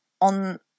on